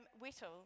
Whittle